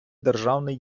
державний